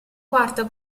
quarta